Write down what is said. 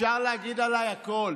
אפשר להגיד עליי הכול.